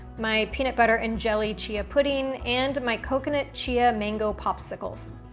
my peanut butter and jelly chia pudding, and my coconut chia mango popsicles.